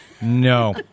No